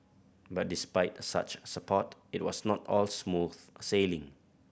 but despite such support it was not all smooth sailing